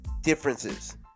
differences